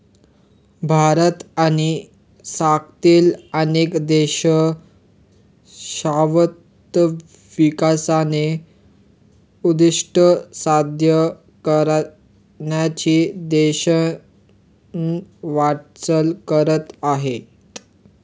भारत आणि जगातील अनेक देश शाश्वत विकासाचे उद्दिष्ट साध्य करण्याच्या दिशेने वाटचाल करत आहेत